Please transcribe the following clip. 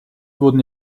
wurden